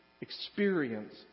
experience